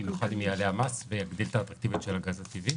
במיוחד אם יעלה המס ויגדיל את האטרקטיביות של הגז הטבעי.